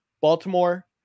Baltimore